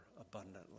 abundantly